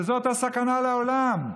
שזאת הסכנה לעולם.